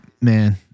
man